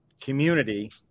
community